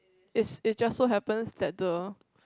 it is just so happen that the